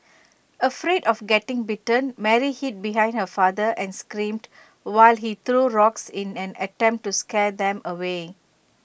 afraid of getting bitten Mary hid behind her father and screamed while he threw rocks in an attempt to scare them away